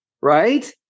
right